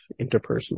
interpersonal